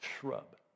shrub